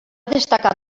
destacar